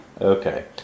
Okay